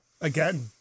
again